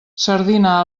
sardina